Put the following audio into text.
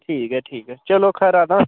ठीक ऐ ठीक ऐ चलो खरा तां